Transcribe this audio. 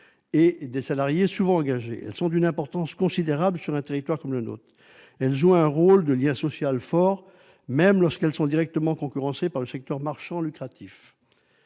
et des salariés souvent engagés. Leur importance est considérable sur un territoire comme le nôtre. Elles jouent un rôle de lien social fort, même lorsqu'elles sont directement concurrencées par le secteur marchand lucratif.